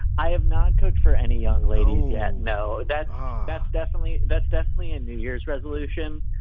i have not cooked for any young lady yet. no, that that's definitely that's definitely a new year's resolution.